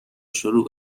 شروع